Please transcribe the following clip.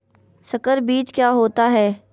संकर बीज क्या होता है?